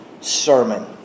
sermon